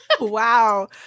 Wow